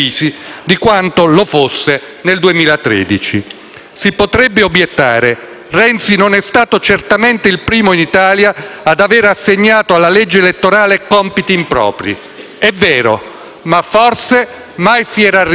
Si potrebbe obiettare che Renzi non è stato certamente il primo in Italia ad aver assegnato alla legge elettorale compiti impropri. È vero, ma forse mai si era arrivati a forzare a tal punto la mano. Così,